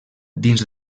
dins